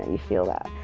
you feel that.